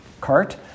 cart